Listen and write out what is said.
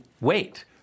wait